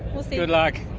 we'll see. good luck.